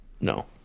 No